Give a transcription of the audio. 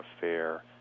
fair